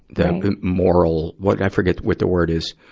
the the moral, what i forget what the word is,